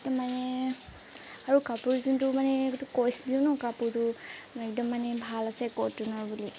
তাৰমানে আৰু কাপোৰ যোনটো মানে কৈছিলো ন কাপোৰটো একদম মানে ভাল আছে কটনৰ বুলি